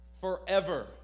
forever